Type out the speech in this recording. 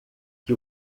que